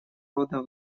рода